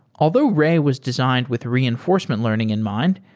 although ray was designed with reinforcement learning in mind,